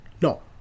No